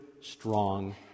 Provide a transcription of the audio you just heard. strong